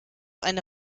eine